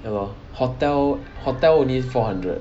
ya lor hotel hotel only four hundred